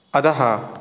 अधः